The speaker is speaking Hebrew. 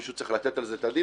מישהו צריך לתת על זה את הדין.